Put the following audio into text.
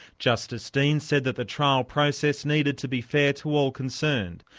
justice dean said that the trial process needed to be fair to all concerned,